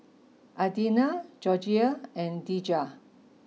Adina Georgiann and Dejah